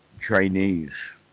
Chinese